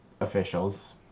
officials